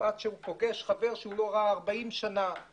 פגש חבר ילדות